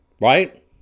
Right